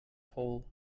whole